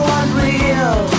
unreal